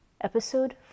episode